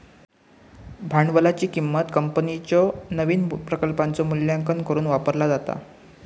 भांडवलाची किंमत कंपनीच्यो नवीन प्रकल्पांचो मूल्यांकन करुक वापरला जाता